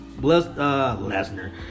Lesnar